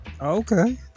Okay